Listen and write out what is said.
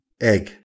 egg